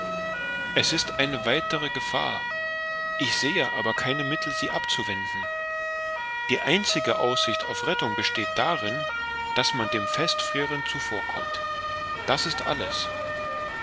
es ist eine weitere gefahr ich sehe aber keine mittel sie abzuwenden die einzige aussicht auf rettung besteht darin daß man dem festfrieren zuvorkommt das ist alles